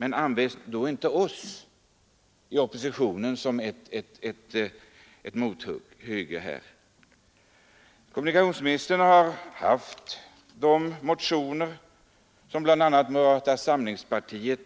Men låt det då inte falla över oss i oppositionen! Kommunikationsministern har haft tillfälle att studera de motioner som bl.a. moderata samlingspartiet